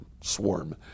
swarm